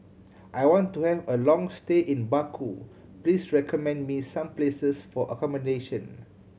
I want to have a long stay in Baku please recommend me some places for accommodation